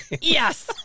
Yes